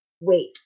wait